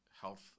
health